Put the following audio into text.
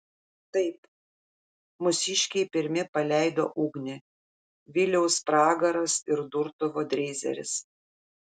taip mūsiškiai pirmi paleido ugnį viliaus pragaras ir durtuvo dreizeris